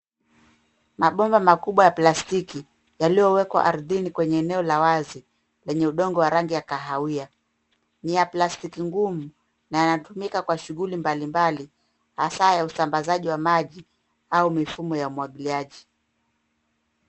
Mabomba makubwa ya plastiki, yaliyowekwa ardhini kwenye eneo la wazi, lenye udongo wa rangi ya kahawia. Ni ya plastiki ngumu na yanatumika kwa shughuli mbali mbali, hasa ya usambazaji wa maji, au mifumo ya umwagiliaji.